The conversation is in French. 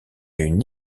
une